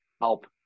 help